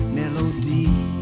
melody